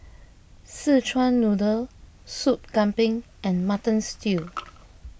Szechuan Noodle Soup Kambing and Mutton Stew